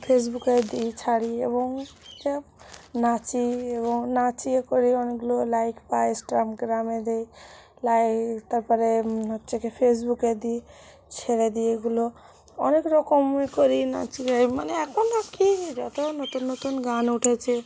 ফেসবুকে দিই ছাড়ি এবং নাচি এবং নাচ ইয়ে করি অনেকগুলো লাইক পাই ইন্সটাগ্রামে দিই লাইক তার পরে হচ্ছে কি ফেসবুকে দিই ছেড়ে দিই এগুলো অনেক রকম এ করি নাচি ইয়ে মানে এখন আর কি যত নতুন নতুন গান উঠেছে